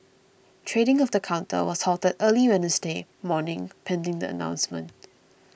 trading of the counter was halted early Wednesday morning pending the announcement